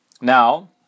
now